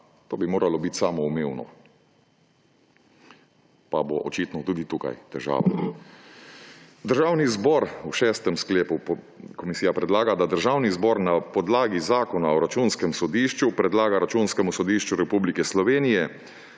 To bi moralo bit samoumevno. Pa bo očitno tudi tukaj težava. Šesti sklep: Komisija predlaga, da Državni zbor na podlagi Zakona o računskem sodišču predlaga Računskemu sodišču Republike Slovenije,